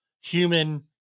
human